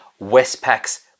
Westpac's